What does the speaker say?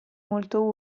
molto